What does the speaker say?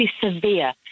severe